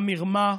המרמה,